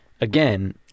again